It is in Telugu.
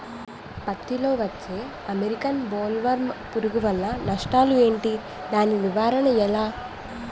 పత్తి లో వచ్చే అమెరికన్ బోల్వర్మ్ పురుగు వల్ల నష్టాలు ఏంటి? దాని నివారణ ఎలా?